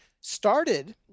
started